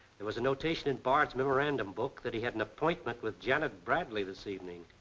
there was a notation in bard's memorandum book that he had an appointment with janet bradley this evening.